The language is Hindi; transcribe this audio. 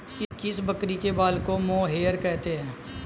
किस बकरी के बाल को मोहेयर कहते हैं?